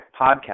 Podcast